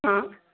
हां